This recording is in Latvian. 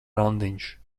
randiņš